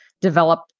develop